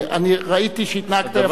אני ראיתי שהתנהגת יפה מאוד,